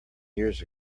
years